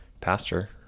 Pastor